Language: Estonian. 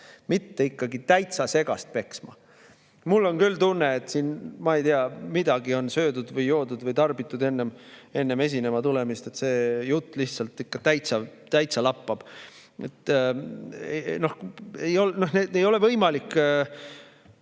mitte täitsa segast peksma. Mul on küll tunne, et siin, ma ei tea, on midagi söödud või joodud või tarbitud enne esinema tulemist. See jutt lihtsalt ikka täitsa lappab. Ei ole võimalik,